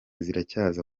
ziracyaza